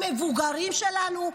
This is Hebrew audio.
המבוגרים שלנו,